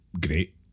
great